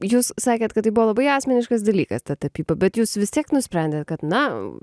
jūs sakėt kad tai buvo labai asmeniškas dalykas ta tapyba bet jūs vis tiek nusprendėt kad na